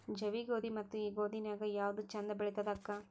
ಜವಿ ಗೋಧಿ ಮತ್ತ ಈ ಗೋಧಿ ನ್ಯಾಗ ಯಾವ್ದು ಛಂದ ಬೆಳಿತದ ಅಕ್ಕಾ?